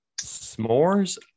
S'mores